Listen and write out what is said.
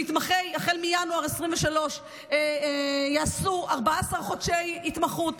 שהחל מינואר 2023 מתמחים יעשו 14 חודשי התמחות.